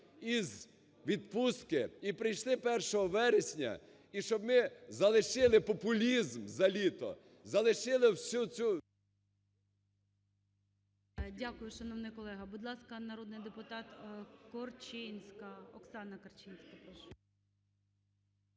із відпустки, і прийшли 1 вересня, і щоб ми залишили популізм за літо, залишили всю цю… ГОЛОВУЮЧИЙ. Дякую, шановний колего. Будь ласка, народний депутат Корчинська, Оксана Корчинська.